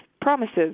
promises